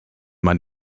man